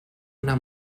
una